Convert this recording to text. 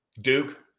Duke